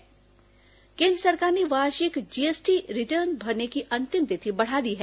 GST return केन्द्र सरकार ने वार्षिक जीएसटी रिटर्न भरने की अंतिम तिथि बढ़ा दी है